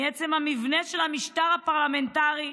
מעצם המבנה של המשטר הפרלמנטרי,